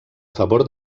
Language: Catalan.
favor